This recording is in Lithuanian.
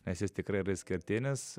nes jis tikrai yra išskirtinis